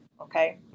okay